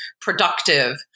productive